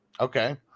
Okay